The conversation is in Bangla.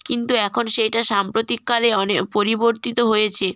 কিন্তু এখন সেইটা সাম্প্রতিককালে অনেক পরিবর্তিত হয়েছে